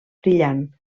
brillant